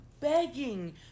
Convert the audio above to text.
begging